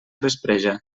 vespreja